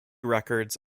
records